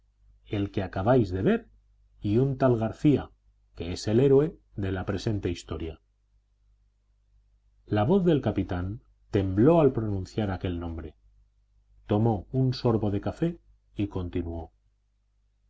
el que acabáis de ver y un tal garcía que es el héroe de la presente historia la voz del capitán tembló al pronunciar aquel nombre tomó un sorbo de café y continuó